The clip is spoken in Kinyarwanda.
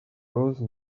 rose